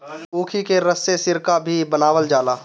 ऊखी के रस से सिरका भी बनावल जाला